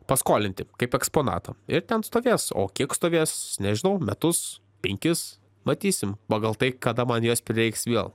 paskolinti kaip eksponatą ir ten stovės o kiek stovės nežinau metus penkis matysim pagal tai kada man jos prireiks vėl